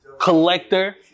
collector